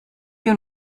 you